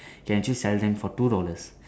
can actually sell them for two dollars